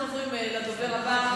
אנחנו עוברים לדובר הבא.